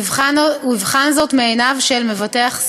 הוא יבחן זאת מעיניו של מבטח סביר.